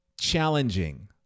challenging